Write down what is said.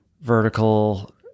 vertical